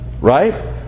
right